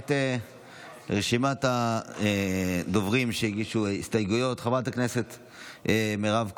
כעת רשימת הדוברים שהגישו הסתייגויות: חברת הכנסת מירב כהן,